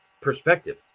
perspective